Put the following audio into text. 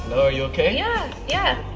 are you ok? yeah, yeah